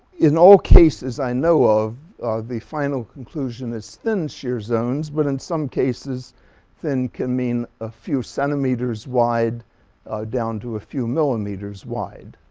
in all cases i know of the final conclusion it's thin shear zones. but in some cases thin can mean a few centimeters wide down to a few millimeters wide.